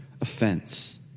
offense